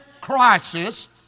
crisis